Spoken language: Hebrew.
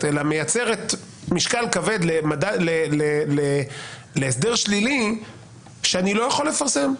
שמייצרת משקל כבד להסדר שלילי שאני לא יכול לפרסם.